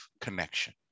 connection